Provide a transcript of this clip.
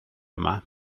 yma